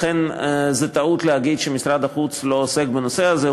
לכן זו טעות להגיד שמשרד החוץ לא עוסק בנושא הזה.